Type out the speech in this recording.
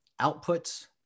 outputs